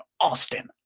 austin